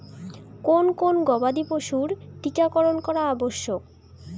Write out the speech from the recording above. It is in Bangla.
কোন কোন গবাদি পশুর টীকা করন করা আবশ্যক?